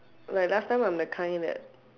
like last time I'm the kind that